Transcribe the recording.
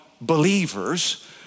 believers